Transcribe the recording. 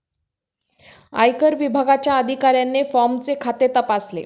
आयकर विभागाच्या अधिकाऱ्याने फॉर्मचे खाते तपासले